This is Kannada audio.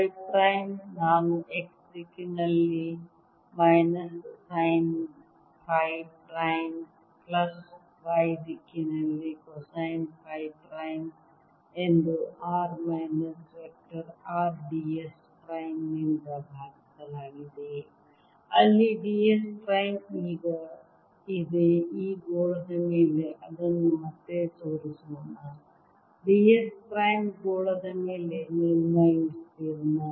ಫೈ ಪ್ರೈಮ್ ನಾನು x ದಿಕ್ಕಿನಲ್ಲಿ minus sine phi prime plus y ದಿಕ್ಕಿನಲ್ಲಿ ಕೊಸೈನ್ ಫೈ ಪ್ರೈಮ್ ಎಂದು r minus vector R d s prime ನಿಂದ ಭಾಗಿಸಲಾಗಿದೆ ಅಲ್ಲಿ d s ಪ್ರೈಮ್ ಈಗ ಇದೆ ಈ ಗೋಳದ ಮೇಲೆ ಅದನ್ನು ಮತ್ತೆ ತೋರಿಸೋಣ d s ಪ್ರೈಮ್ ಗೋಳದ ಮೇಲೆ ಮೇಲ್ಮೈ ವಿಸ್ತೀರ್ಣ